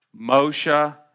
Moshe